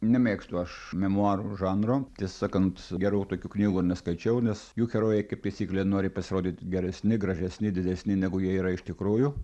nemėgstu aš memuarų žanro tiesą sakant geriau tokių knygų neskaičiau nes jų herojai kaip taisyklė nori pasirodyti geresni gražesni didesni negu jie yra iš tikrųjų